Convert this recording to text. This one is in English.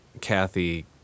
Kathy